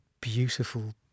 beautiful